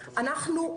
אנחנו,